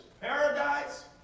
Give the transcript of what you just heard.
paradise